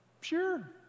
Sure